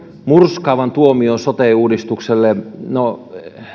murskaavan tuomion sote uudistukselle no